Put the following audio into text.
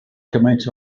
cymaint